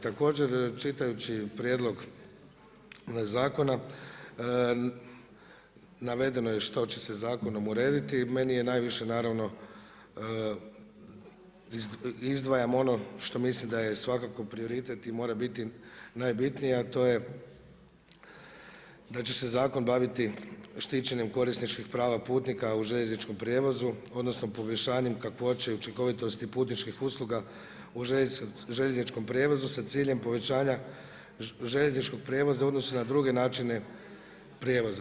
Također čitajući prijedlog zakona navedeno je što će se zakonom urediti, meni je najviše naravno izdvajam ono što mislim da je svakako prioritet i mora biti najbitnije, a to je da će se zakon baviti štićenjem korisničkih prava putnika u željezničkom prijevozu odnosno poboljšanjem kakvoće učinkovitosti putničkih usluga u željezničkom prijevozu sa ciljem povećanja željezničkog prijevoza u odnosu na druge načine prijevoza.